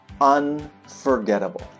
unforgettable